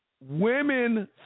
Women